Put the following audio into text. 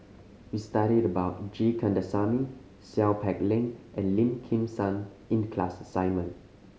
we studied about G Kandasamy Seow Peck Leng and Lim Kim San in the class assignment